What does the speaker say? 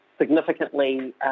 significantly